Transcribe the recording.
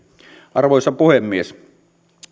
arvoisa puhemies